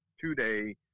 two-day